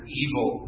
evil